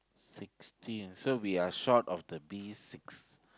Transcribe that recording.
sixteen so we are short of the bee six